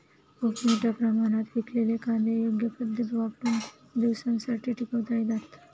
खूप मोठ्या प्रमाणात पिकलेले कांदे योग्य पद्धत वापरुन खूप दिवसांसाठी टिकवता येतात